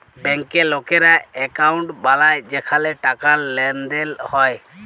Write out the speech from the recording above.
ব্যাংকে লকেরা একউন্ট বালায় যেখালে টাকার লেনদেল হ্যয়